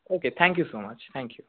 okay thank you so much thank you